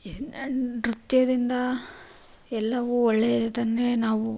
ನೃತ್ಯದಿಂದ ಎಲ್ಲವೂ ಒಳ್ಳೆಯದನ್ನೇ ನಾವು